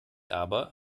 aber